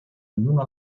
ognuno